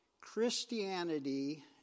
Christianity